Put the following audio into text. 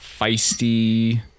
feisty